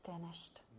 finished